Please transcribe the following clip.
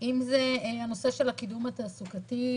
אם זה הנושא של הקידום התעסוקתי,